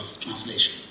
translation